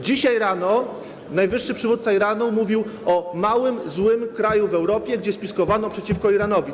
Dzisiaj rano najwyższy przywódca Iranu mówił o małym, złym kraju w Europie, gdzie spiskowano przeciwko Iranowi.